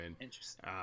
Interesting